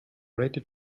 ready